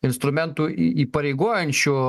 instrumentų į įpareigojančių